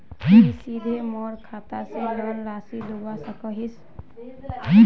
तुई सीधे मोर खाता से लोन राशि लुबा सकोहिस?